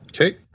Okay